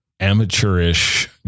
amateurish